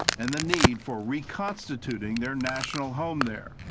and the need for reconstituting their national home there.